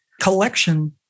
collection